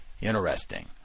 interesting